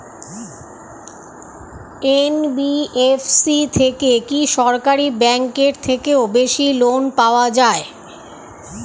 NBFC থেকে কি সরকারি ব্যাংক এর থেকেও বেশি লোন পাওয়া যায়?